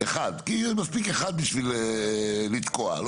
כי מספיק אחד כדי לתקוע.